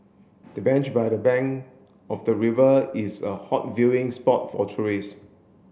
the bench by the bank of the river is a hot viewing spot for tourist